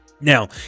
Now